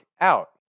out